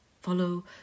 follow